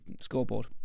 scoreboard